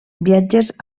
viatges